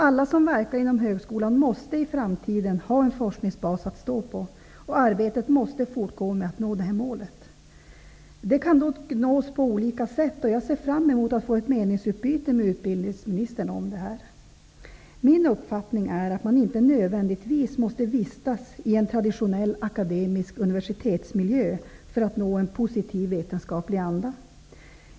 Alla som verkar inom högskolan måste i framtiden ha en forskningsbas att stå på, och arbetet måste fortgå med att nå detta mål. Det kan dock nås på olika sätt, och jag ser fram emot att få ett meningsutbyte med utbildningsministern om detta. Min uppfattning är att man inte nödvändigtvis måste vistas i en traditionell akademisk universitetsmiljö för att nå en positiv vetenskaplig anda.